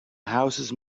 houses